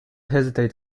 hesitate